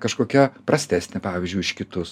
kažkokia prastesnė pavyzdžiui už kitus